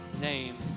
name